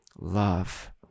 love